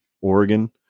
Oregon